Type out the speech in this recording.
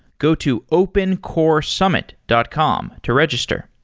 go to opencoresummit dot com to register.